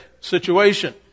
situation